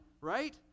right